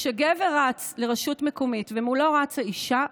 כשגבר רץ לרשות מקומית ומולו רצה אישה,